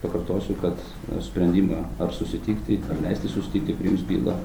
pakartosiu kad sprendimą ar susitikti ar leisti susitikti priims bylą